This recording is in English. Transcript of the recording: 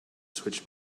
switch